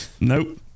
nope